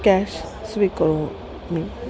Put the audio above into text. cash स्वीकरोमि